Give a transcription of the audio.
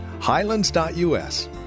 Highlands.us